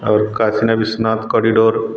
और काशीनाथ विश्वनाथ कॉरीडोर